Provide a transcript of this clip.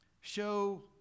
show